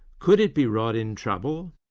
could it be rod in trouble?